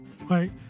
right